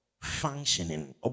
Functioning